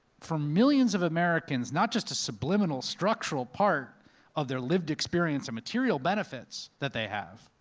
for millions of americans, not just a subliminal structural part of their lived experience and material benefits that they have.